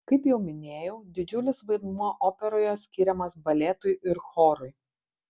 kaip jau minėjau didžiulis vaidmuo operoje skiriamas baletui ir chorui